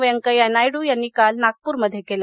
व्यंकय्या नायडू यांनी काल नागप्रमध्ये केलं